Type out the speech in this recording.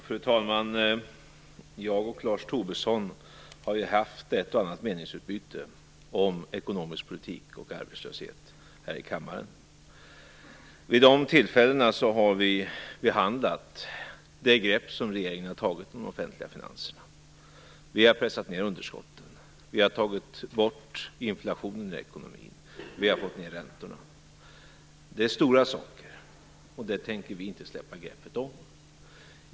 Fru talman! Jag och Lars Tobisson har haft ett och annat meningsutbyte om ekonomisk politik och arbetslöshet här i kammaren. Vid de tillfällena har vi behandlat det grepp som regeringen har tagit om de offentliga finanserna. Vi har pressat ned underskotten. Vi har tagit bort inflationen ur ekonomin. Vi har fått ned räntorna. Det är stora saker, och det tänker vi inte släppa greppet om.